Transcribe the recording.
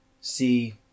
See